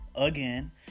again